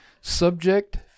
subject